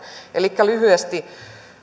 elikkä lyhyesti